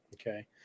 okay